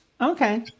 Okay